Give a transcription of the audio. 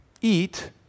Eat